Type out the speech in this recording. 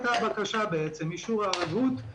אישור הערבות הייתה הבקשה.